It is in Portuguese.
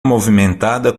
movimentada